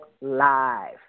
Live